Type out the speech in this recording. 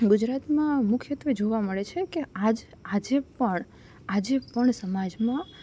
ગુજરાતમાં મુખ્યત્વે જોવા મળે છે કે આજ આજે પણ આજે પણ સમાજમાં